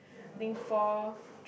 I think four